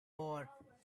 war